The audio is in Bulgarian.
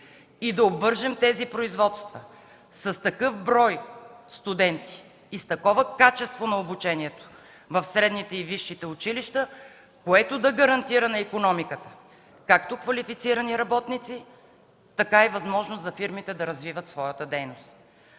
Нека обвържем тези производства с такъв брой студенти и с такова качество на обучението в средните и във висшите училища, което да гарантира на икономиката както квалифицирани работници, така и възможност на фирмите да развиват своята дейност.